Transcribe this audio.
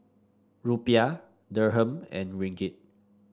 Rupiah Dirham and Ringgit